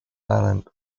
island